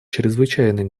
чрезвычайной